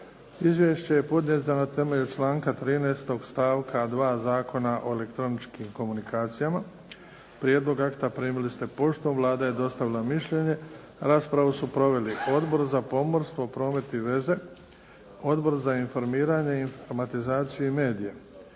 Izvješće je podnijeto na temelju članka 13. stavka 2. Zakona o elektroničkim komunikacijama. Prijedlog akta primili ste poštom. Vlada je dostavila mišljenje. Raspravu su proveli Odbor za pomorstvo, promet i veze, Odbor za informiranje, informatizaciju i medije.